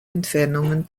entfernungen